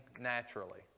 naturally